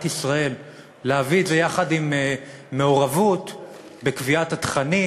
ישראל להביא את זה יחד עם מעורבות בקביעת התכנים,